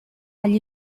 gli